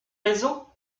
maison